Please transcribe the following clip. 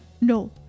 no